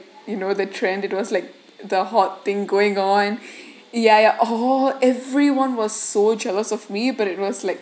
you know the trend it was like the hot thing going on ya ya all everyone was so jealous of me but it was like